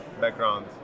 background